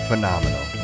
Phenomenal